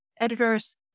editors